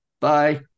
Bye